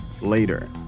later